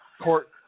Court